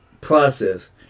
process